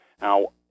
Now